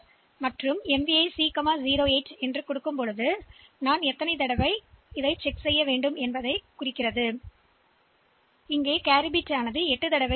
எனவே இந்த சி பதிவேட்டை நான் பின்பற்றும் கொள்கையை எத்தனை முறை சரிபார்க்க வேண்டும் என்பது போன்றது அடிப்படையில் நாங்கள் கேரி பிட்டை சரிபார்க்கிறோம்